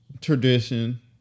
tradition